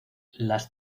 las